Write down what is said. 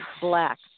black